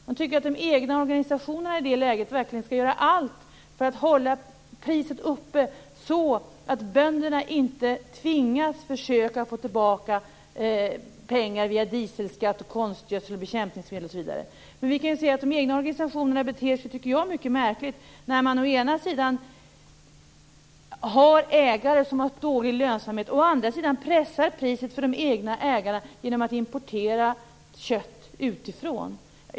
Man tycker att de egna organisationerna i det läget verkligen skall göra allt för att hålla priset uppe så att bönderna inte tvingas försöka få tillbaka pengar via dieselskatt, konstgödsel, bekämpningsmedel, osv. Jag tycker att de egna organisationerna beter sig mycket märkligt. Å ena sidan har man ägare som har dålig lönsamhet, och å andra sidan pressar man priset för de egna ägarna genom att importera kött utifrån.